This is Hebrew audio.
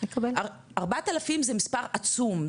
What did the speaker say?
4,000 זה מספר עצום,